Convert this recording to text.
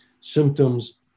symptoms